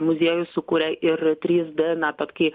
muziejų sukurę ir trys d na tokį